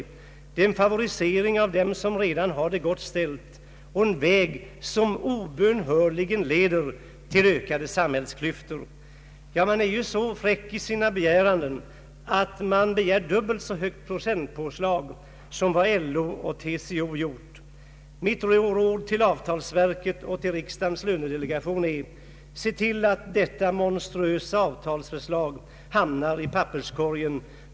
Det innebär en favorisering av dem som redan har det gott ställt och en väg som obönhörligen leder till ökade samhällsklyftor. Ja, man är ju så fräck i sina krav att man begär dubbelt så högt procentpåslag som LO och TCO har gjort. Mitt råd till avtalsverket och riksdagens lönedelegation är: Se till att detta monstruösa avtalsförslag hamnar i papperskorgen!